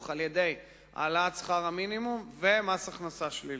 על-ידי העלאת שכר המינימום ומס הכנסה שלילי,